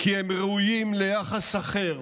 כי הם ראויים ליחס אחר,